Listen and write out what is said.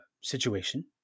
situation